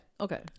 Okay